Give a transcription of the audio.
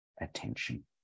attention